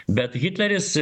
bet hitleris